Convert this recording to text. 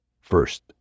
First